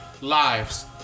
lives